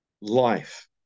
life